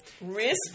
Risk